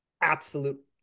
absolute